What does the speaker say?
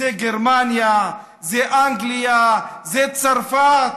זה גרמניה, זה אנגליה, זה צרפת.